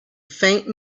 faint